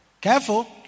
Careful